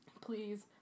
Please